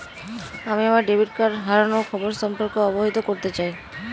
আমি আমার debit card হারানোর খবর সম্পর্কে অবহিত করতে চাই